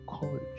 courage